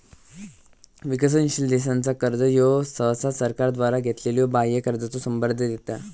विकसनशील देशांचा कर्जा ह्यो सहसा सरकारद्वारा घेतलेल्यो बाह्य कर्जाचो संदर्भ देता